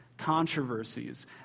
controversies